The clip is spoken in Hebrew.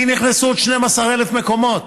כי נכנסו עוד 12,000 מקומות.